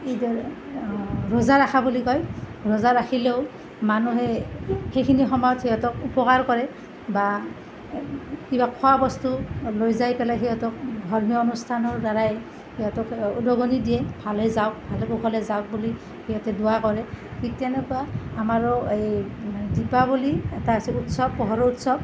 ঈদৰে ৰোজা ৰখা বুলি কয় ৰোজা ৰাখিলেও মানুহে সেইখিনি সময়ত সিহঁতক উপকাৰ কৰে বা কিবা খোৱা বস্তু লৈ যাই পেলাই সিহঁতক ধৰ্মীয় অনুষ্ঠানৰ দ্বাৰাই সিহঁতক উদগনি দিয়ে ভালে যাওক ভালে কুশলে যাওক বুলি সিহঁতে দোৱা কৰে ঠিক তেনেকুৱা আমাৰো এই দীপাৱলী এটা আছে উৎসৱ পোহৰৰ উৎসৱ